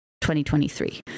2023